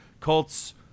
Colts